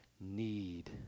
need